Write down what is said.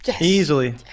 Easily